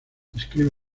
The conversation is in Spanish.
describe